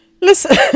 Listen